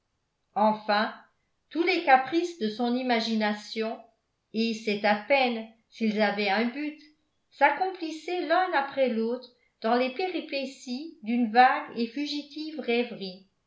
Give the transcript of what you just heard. enfin tous les caprices de son imagination et c'est à peine s'ils avaient un but saccomplissaient l'un après l'autre dans les péripéties d'une vague et fugitive rêverie